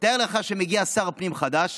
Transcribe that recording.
תאר לך שמגיע שר פנים חדש